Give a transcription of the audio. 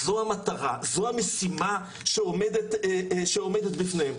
זו המטרה, זו המשימה שעומדת בפניהם.